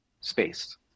space